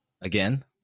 again